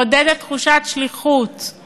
מעודדת תחושת שליחות,